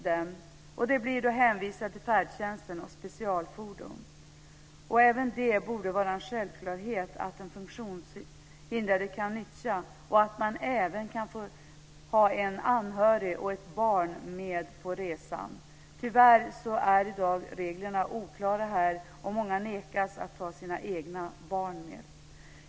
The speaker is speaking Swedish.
De människorna blir då hänvisade till färdtjänsten och specialfordon. Det borde vara en självklarhet att den funktionshindrade även får ha en anhörig och ett barn med på resan. Tyvärr är reglerna oklara i dag, och många nekas att ta sina egna barn med.